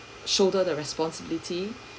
shoulder the responsibility